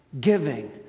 giving